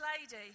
lady